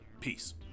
Peace